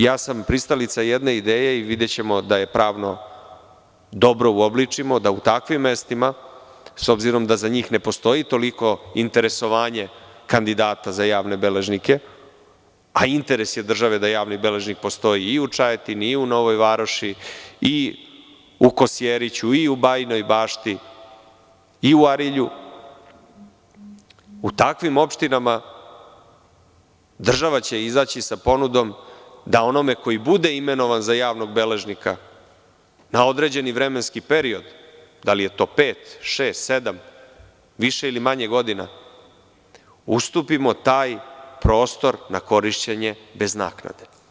Ja sam pristalica jedne ideje i videćemo da je pravno dobro uobličimo, da u takvim mestima, s obzirom da za njih ne postoji toliko interesovanje kandidata za javne beležnike, a interes je države da javni beležnik postoji i u Čajetini, i u Novoj Varoši, i u Kosjeriću, i u Bajinoj Bašti, i u Arilju, u takvim opštinama država će izaći sa ponudom da onome koji bude imenovan za javnog beležnika, na određeni vremenski period, da li je to pet, šest, sedam, više ili manje godina, ustupimo taj prostor na korišćenje bez naknade.